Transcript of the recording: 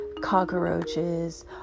cockroaches